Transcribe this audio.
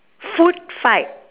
food fight